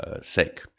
sake